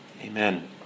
amen